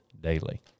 daily